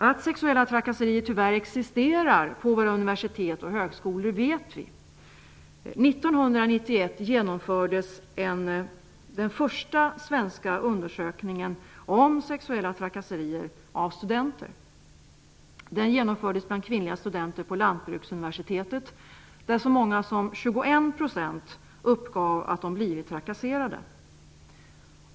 Att sexuella trakasserier tyvärr existerar på våra universitet och högskolor vet vi. 1991 genomfördes den första svenska undersökningen om sexuella trakasserier av studenter. Den genomfördes bland kvinnliga studenter på Lantbruksuniversitetet, där så många som 21 % uppgav att de blivit trakasserade.